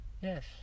Yes